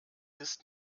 ist